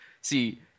see